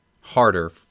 harder